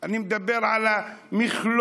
אני מדבר על המכלול,